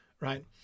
right